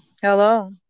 hello